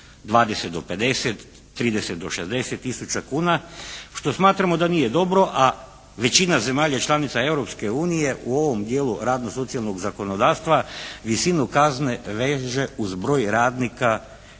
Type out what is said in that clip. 20 do 50, 30 do 60 tisuća kuna, što smatramo da nije dobro, a većina zemalja članica Europske unije u ovom dijelu radno-socijalnog zakonodavstva visinu kazne veže uz broj radnika koje